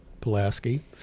pulaski